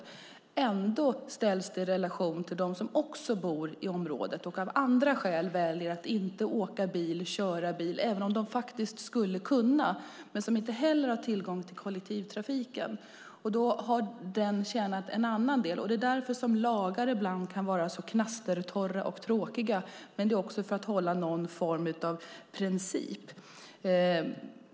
Men det ställs ändå i relation till dem som bor i området och av andra skäl väljer att inte åka bil eller köra bil även om de faktiskt skulle kunna. De har inte heller tillgång till kollektivtrafiken. Den har tjänat en annan del. Det är därför som lagar ibland kan vara så knastertorra och tråkiga. Det är för att hålla någon form av princip.